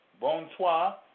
Bonsoir